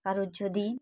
কারোর যদি